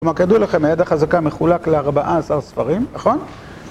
כלומר, כידוע לכם, היד החזקה מחולק לארבעה עשר ספרים, נכון?